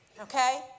okay